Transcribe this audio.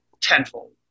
tenfold